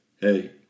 hey